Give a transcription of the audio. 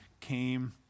came